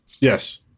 Yes